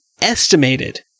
estimated